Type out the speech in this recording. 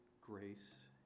grace